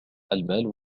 المال